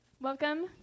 Welcome